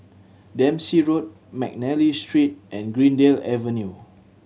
Dempsey Road McNally Street and Greendale Avenue